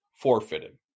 forfeited